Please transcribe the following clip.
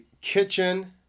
kitchen